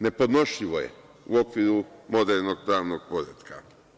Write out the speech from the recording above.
Nepodnošljivo je u okviru modernog pravnog poretka.